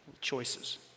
choices